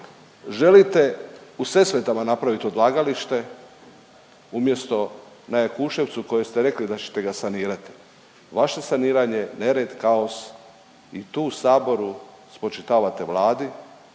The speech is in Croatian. Želite u Sesvetama napravit odlagalište umjesto na Jakuševcu koje ste rekli da ćete ga sanirati. Vaše saniranje nered, kaos i tu u Saboru spočitavate Vladi